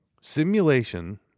simulation